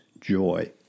joy